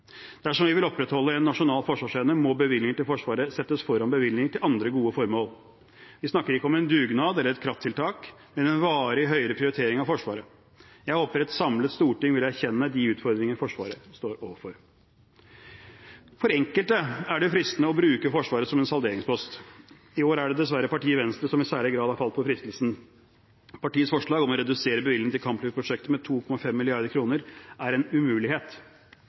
Dersom vi vil opprettholde en nasjonal forsvarsevne, må bevilgninger til Forsvaret settes foran bevilgninger til andre gode formål. Vi snakker ikke om en dugnad eller et krafttiltak, men om en varig høyere prioritering av Forsvaret. Jeg håper et samlet storting vil erkjenne de utfordringene Forsvaret står overfor. For enkelte er det fristende å bruke Forsvaret som en salderingspost. I år er det dessverre partiet Venstre som i særlig grad har falt for fristelsen. Partiets forslag om å redusere bevilgningen til kampflyprosjektet med 2,5 mrd. kr er en umulighet.